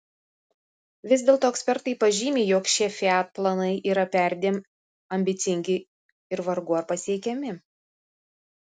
vis dėlto ekspertai pažymi jog šie fiat planai yra perdėm ambicingi ir vargu ar pasiekiami